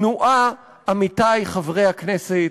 תנועה, עמיתי חברי הכנסת,